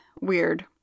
weird